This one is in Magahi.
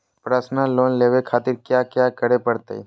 पर्सनल लोन लेवे खातिर कया क्या करे पड़तइ?